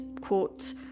quote